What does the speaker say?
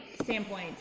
standpoint